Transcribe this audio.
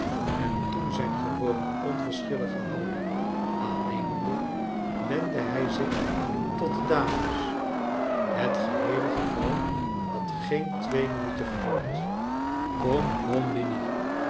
en toen zijn gewone onverschillige houding aannemende wendde hij zich tot de dames het geheele geval had geen twee minuten geduurd kom kom minnie